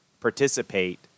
participate